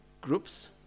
groups